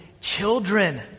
children